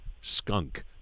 skunk